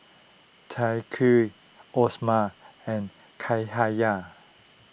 Thaqif Osman and Cahaya